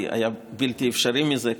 כי היה בלתי אפשרי בלי זה,